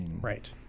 Right